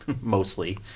mostly